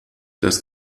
das